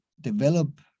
develop